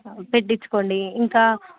పెట్టించుకోండి ఇంకా